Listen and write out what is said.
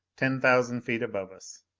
ten thousand feet above us.